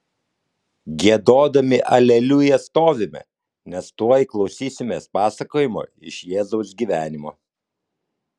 giedodami aleliuja stovime nes tuoj klausysimės pasakojimo iš jėzaus gyvenimo